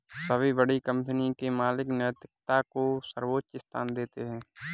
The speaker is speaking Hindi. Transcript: सभी बड़ी कंपनी के मालिक नैतिकता को सर्वोच्च स्थान देते हैं